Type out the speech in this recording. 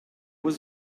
was